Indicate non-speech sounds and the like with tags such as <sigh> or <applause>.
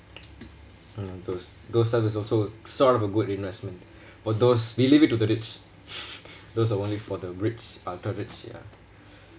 those those type is also sort of a good investment but those we leave it to the rich <laughs> those are only for the rich ultra rich ya